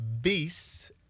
beasts